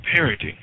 parenting